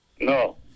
no